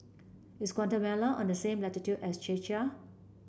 is Guatemala on the same latitude as Czechia